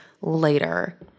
later